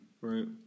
Right